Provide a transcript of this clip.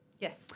Yes